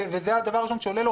ללא הגבלת זמן.